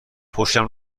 پشتم